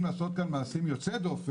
לקרוא המון חומרים ובסוף מאשרים תוכניות